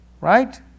right